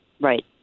Right